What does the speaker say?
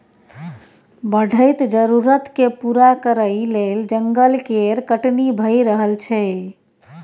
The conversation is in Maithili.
बढ़ैत जरुरत केँ पूरा करइ लेल जंगल केर कटनी भए रहल छै